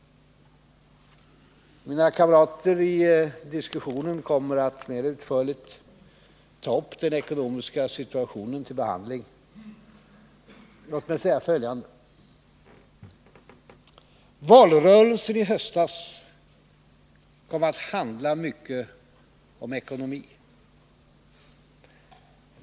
Mina kamrater kommer att i diskussionen mera utförligt ta upp den ekonomiska situationen till behandling. Låt mig säga följande. Valrörelsen i höstas kom att handla mycket om ekonomi.